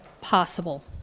possible